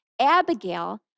Abigail